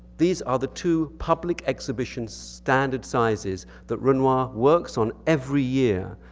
these are the two public exhibition's standard sizes that renoir works on every year.